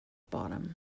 bottom